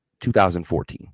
2014